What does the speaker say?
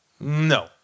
No